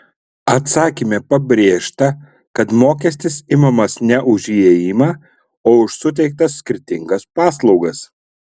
atsakyme pabrėžta kad mokestis imamas ne už įėjimą o už suteiktas skirtingas paslaugas